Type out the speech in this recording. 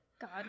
God